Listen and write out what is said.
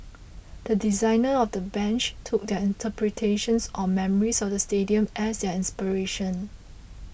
the designers of the bench took their interpretations or memories of the stadium as their inspiration